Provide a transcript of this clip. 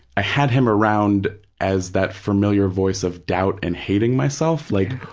i had him around as that familiar voice of doubt and hating myself. like,